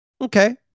Okay